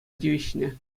тивӗҫнӗ